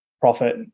profit